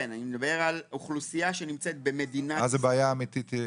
אז זו בעיה אמיתית.